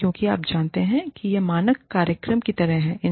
और क्योंकि आप जानते हैं कि यह मानक कार्यक्रम की तरह है